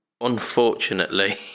Unfortunately